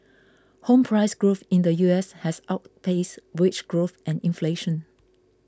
home price growth in the U S has outpaced wage growth and inflation